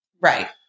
Right